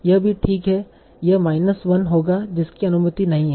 यह भी ठीक है यह माइनस 1 होगा जिसकी अनुमति नहीं है